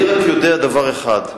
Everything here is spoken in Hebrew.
אני רק יודע דבר אחד,